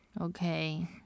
Okay